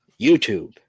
YouTube